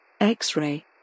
X-ray